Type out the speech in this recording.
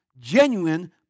genuine